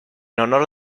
honor